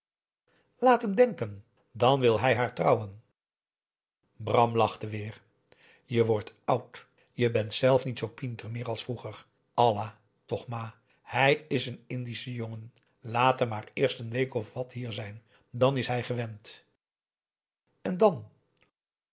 laat hem denken dan wil hij haar trouwen bram lachte weer je wordt oud je bent zelf niet zoo pinter meer als vroeger allah toch ma hij is een indische jongen laat hem maar eerst n week of wat hier zijn dan is hij gewend en dan